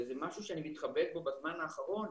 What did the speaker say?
וזה משהו שאני מתחבט בו בזמן האחרון,